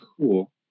cool